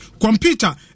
computer